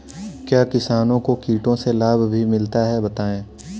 क्या किसानों को कीटों से लाभ भी मिलता है बताएँ?